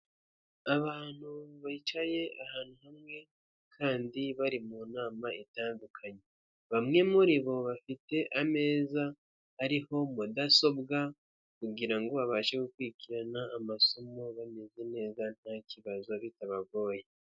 Abantu bicaye ahantu hamwe kandi bari mu nama itandukanye, bamwe muri bo bafite ameza ariho mudasobwa kugira ngo babashe gukurikirana amasomo bameze neza nta kibazo bitabagoye.